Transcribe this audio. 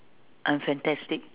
I'm fantastic